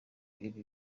iba